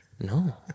No